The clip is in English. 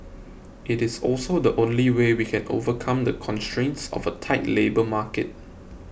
it is also the only way we can overcome the constraints of a tight labour market